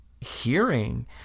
hearing